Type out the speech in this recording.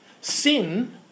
Sin